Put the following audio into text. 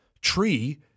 tree